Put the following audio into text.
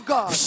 God